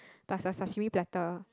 plus a sashimi platter